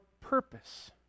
purpose